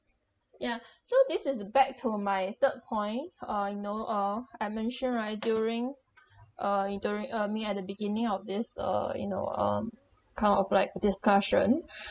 ya so this is the back to my third point uh you know uh I mentioned right during uh in during uh I mean at the beginning of this uh you know um kind of like discussion